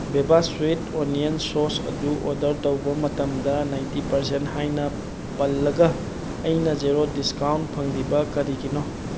Veeba sweet onion sauce ꯑꯗꯨ order ꯇꯧꯕ ꯃꯇꯃꯗ ꯅꯥꯏꯟꯇꯤ ꯄꯥꯔꯁꯦꯟ ꯍꯥꯏꯅ ꯄꯜꯂꯒ ꯑꯩꯅ ꯖꯦꯔꯣ ꯗꯤꯁꯀꯥꯎꯟ ꯐꯪꯂꯤꯕ ꯀꯔꯤꯒꯤꯅꯣ